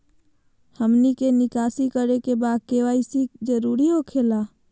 हमनी के निकासी करे के बा क्या के.वाई.सी जरूरी हो खेला?